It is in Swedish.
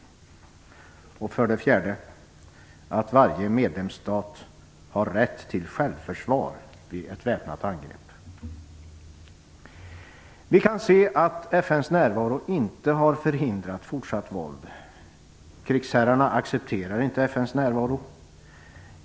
4. att varje medlemsstat har rätt till självförsvar vid ett väpnat angrepp. Vi kan se att FN:s närvaro inte har förhindrat fortsatt våld. Krigsherrarna accepterar inte FN:s närvaro.